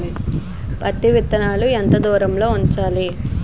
పత్తి విత్తనాలు ఎంత దూరంలో ఉంచాలి?